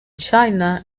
china